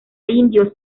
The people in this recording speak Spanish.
indios